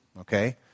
okay